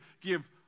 give